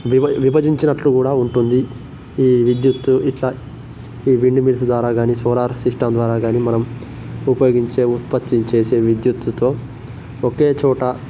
విభ విభజించినట్లు కూడా ఉంటుంది ఈ విద్యుత్తు ఇట్లా ఈ విండ్ మిల్స్ ద్వారా గానీ సోలార్ సిస్టం ద్వారా గానీ మనం ఉపయోగించే ఉత్పత్తిని చేసే విద్యుత్తుతో ఒకే చోట